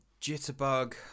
Jitterbug